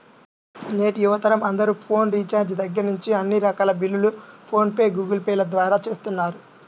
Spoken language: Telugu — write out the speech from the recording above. నేటి యువతరం అందరూ ఫోన్ రీఛార్జి దగ్గర్నుంచి అన్ని రకాల బిల్లుల్ని ఫోన్ పే, గూగుల్ పే ల ద్వారానే చేస్తున్నారు